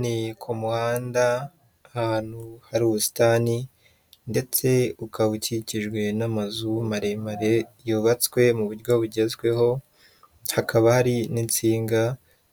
Ni ku muhanda ahantu hari ubusitani ndetse ukaba ukikijwe n'amazu maremare yubatswe mu buryo bugezweho, hakaba hari n'insinga